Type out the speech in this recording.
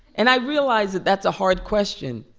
and i realize that that's a hard question.